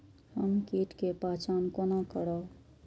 हम कीट के पहचान कोना करब?